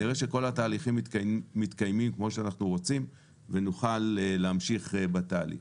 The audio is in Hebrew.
נראה שכל התהליכים מתקיימים כמו שאנחנו רוצים ונוכל להמשיך בתהליך.